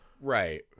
right